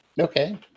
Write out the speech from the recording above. Okay